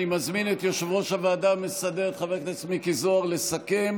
אני מזמין את יושב-ראש הוועדה המסדרת חבר הכנסת מיקי זוהר לסכם,